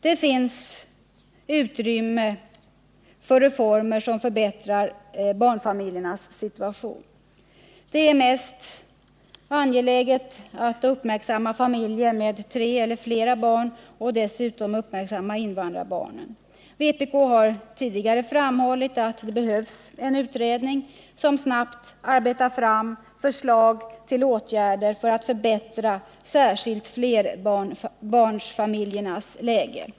Det finns utrymme för reformer och förbättringar när det gäller barnfamiljernas situation. Det är mest angeläget att uppmärksamma familjer med tre eller flera barn liksom invandrarfamiljerna och deras barn. Vpk har tidigare framhållit att det behövs en utredning som snabbt arbetar fram förslag till åtgärder för att förbättra särskilt flerbarnsfamiljernas läge.